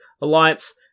alliance